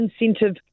incentive